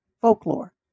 folklore